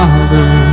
Father